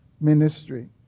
ministry